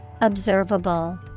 Observable